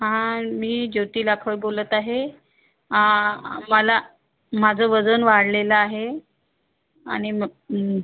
हा मी ज्योती लाखोळ बोलत आहे मला माझं वजन वाढलेलं आहे आणि मक